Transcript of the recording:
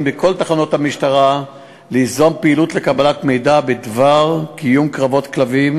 בכל תחנות המשטרה ליזום פעילות לקבלת מידע בדבר קיום קרבות כלבים,